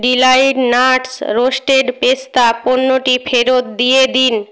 Deloitte Nuts roasted পেস্তা পণ্যটি ফেরত দিয়ে দিন